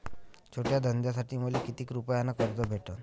छोट्या धंद्यासाठी मले कितीक रुपयानं कर्ज भेटन?